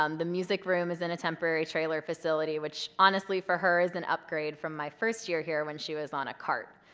um the music room is in a temporary trailer facility, which honestly for her is an upgrade from my first year here when she was on a cart.